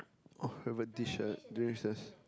oh favourite dish ah during recess